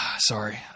Sorry